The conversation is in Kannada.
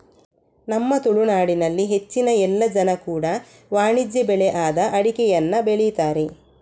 ನಮ್ಮ ತುಳುನಾಡಿನಲ್ಲಿ ಹೆಚ್ಚಿನ ಎಲ್ಲ ಜನ ಕೂಡಾ ವಾಣಿಜ್ಯ ಬೆಳೆ ಆದ ಅಡಿಕೆಯನ್ನ ಬೆಳೀತಾರೆ